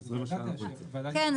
כן.